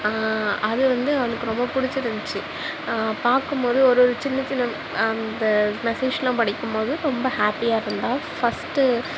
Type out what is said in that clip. அது வந்து அவளுக்கு ரொம்ப பிடிச்சிருந்துச்சி பார்க்கும்போது ஒரு ஒரு சின்ன சின்ன அந்த மெசேஜெலாம் படிக்கும்போது ரொம்ப ஹாப்பியாக இருந்தாள் ஃபஸ்ட்டு